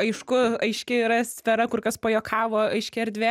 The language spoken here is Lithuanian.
aišku aiški yra sfera kur kas pajuokavo aiški erdvė